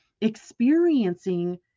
experiencing